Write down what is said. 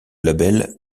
label